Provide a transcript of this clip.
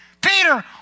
Peter